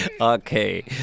Okay